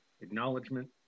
acknowledgement